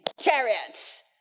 Chariots